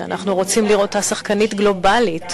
שאנחנו רוצים לראות בה שחקנית גלובלית,